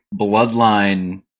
bloodline